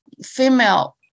female